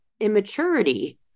immaturity